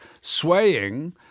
swaying